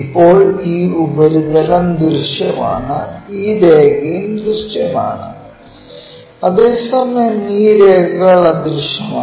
ഇപ്പോൾ ഈ ഉപരിതലം ദൃശ്യമാണ് ഈ രേഖയും ദൃശ്യമാണ് അതേസമയം ഈ രേഖകൾ അദൃശ്യമാണ്